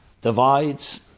divides